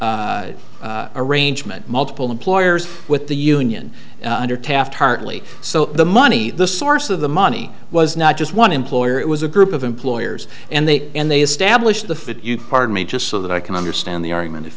arrangement multiple employers with the union under taft hartly so the money the source of the money was not just one employer it was a group of employers and they and they established the you pardon me just so that i can understand the argument